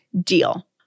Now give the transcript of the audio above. deal